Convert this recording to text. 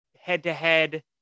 head-to-head